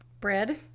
Bread